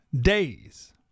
days